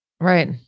Right